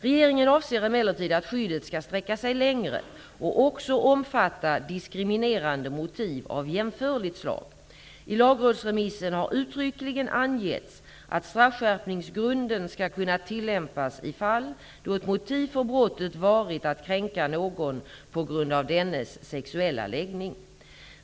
Regeringen avser emellertid att skyddet skall sträcka sig längre och också omfatta diskriminerande motiv av jämförligt slag. I lagrådsremissen har uttryckligen angetts att straffskärpningsgrunden skall kunna tillämpas i fall då ett motiv för brottet varit att kränka någon på grund av dennes sexuella läggning.